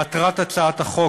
מטרת הצעת החוק,